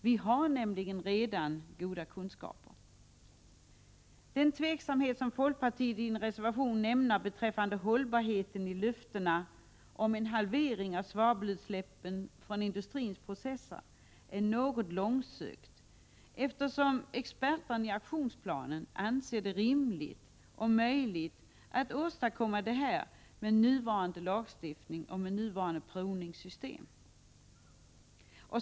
Vi har nämligen redan goda kunskaper. Den tveksamhet som folkpartiet i en reservation nämner beträffande hållbarheten i löftena om en halvering av svavelutsläppen från industrins processer är något långsökt, eftersom experterna i aktionsplanen anser det rimligt och möjligt att åstadkomma detta med nuvarande lagstiftning och provningssystem.